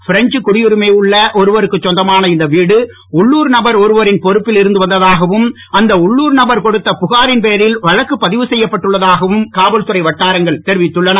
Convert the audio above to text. French குடியுரிமை உள்ள ஒருவருக்கு சொந்தமான இந்த வீடு உள்ளூர் நபர் ஒருவரின் பொறுப்பில் இருந்து வந்ததாகவும் அந்த உள்ளூர் நபர் கொடுத்த புகாரின் பேரில் வழக்கு பதிவு செய்யப்பட்டுள்ளதாகவும் காவல்துறை வட்டாரங்கன் தெரிவித்தன